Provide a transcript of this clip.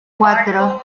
cuatro